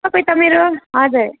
तपाईँ त मेरो हजुर